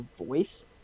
voice